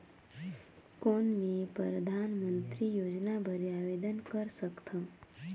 कौन मैं परधानमंतरी योजना बर आवेदन कर सकथव?